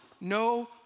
no